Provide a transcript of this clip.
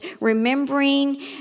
remembering